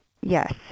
yes